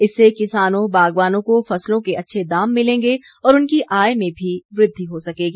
इससे किसानों बागवानों को फसलों के अच्छे दाम मिलेंगे और उनकी आय में भी वृद्वि हो सकेगी